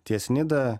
ties nida